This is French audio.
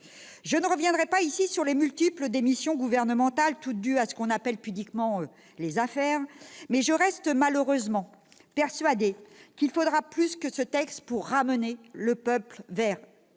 Je ne reviendrai pas ici sur les multiples démissions gouvernementales, toutes dues à ce qu'on appelle pudiquement « les affaires », mais je reste malheureusement persuadée qu'il faudra plus que ce texte pour ramener le peuple vers la